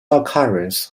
occurrence